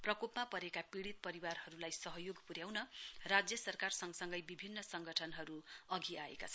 प्रकोपमा परेका पिड़ीत परिवारहरूलाई सहयोग प्र्याउन राज्य सरकार सँगसँगै विभिन्न संगठनहरू अधि आएका छन्